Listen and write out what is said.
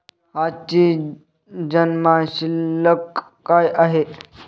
आजची जमा शिल्लक काय आहे?